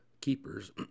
keepers